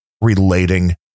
relating